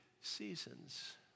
seasons